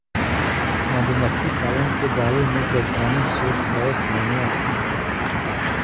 मधुमक्खी पालन के बारे में वैज्ञानिक शोध करत हउवन